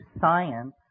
science